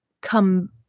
come